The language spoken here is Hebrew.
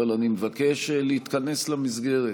אבל אני מבקש להיכנס למסגרת.